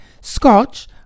scotch